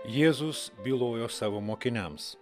jėzus bylojo savo mokiniams